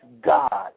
God